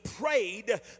prayed